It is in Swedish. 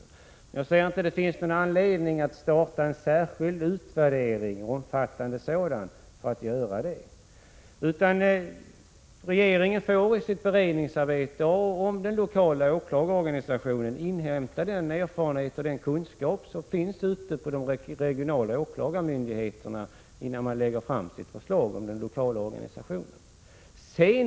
Men jag ser ingen anledning att starta en särskild och omfattande utvärdering, utan regeringen får i sitt beredningsarbete om den lokala åklagarorganisationen inhämta den erfarenhet och den kunskap som finns ute på de regionala åklagarmyndigheterna innan den lägger fram sitt förslag.